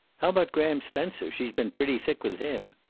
how about graham spencer? she's been pretty thick with him.